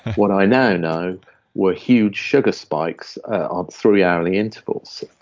what i now know were huge sugar spikes on three-hourly intervals.